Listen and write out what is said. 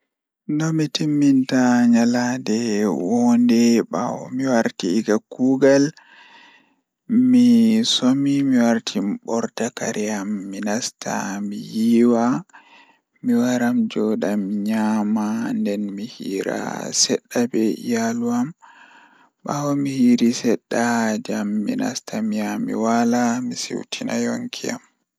Nomi timminta nyalanɗe woonde kannjum woni Ko woni so waɗde laawol ngol njogii, miɗo yiɗi saama e waɗde goɗɗum ngal. Miɗo waawi ɗaɗi e faamde ko mi njogii ngal sabu mi foti nder huuwi, kadi miɓɓe njogii goɗɗum ngal.